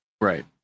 Right